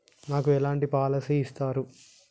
నాకు ఎలాంటి పాలసీ ఇస్తారు?